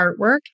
artwork